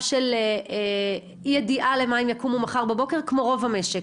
של אי ידיעה למה הם יקומו מחר בבוקר כמו רוב המשק.